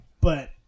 but-